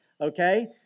okay